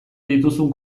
dituzun